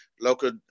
local